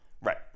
right